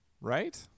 Right